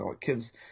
Kids